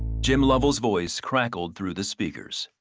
jim lovell's voice crackled through the speakers.